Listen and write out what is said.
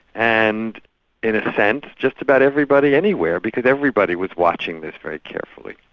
and in a sense, just about everybody anywhere, because everybody was watching this very carefully.